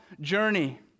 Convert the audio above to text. journey